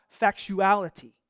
factuality